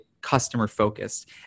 customer-focused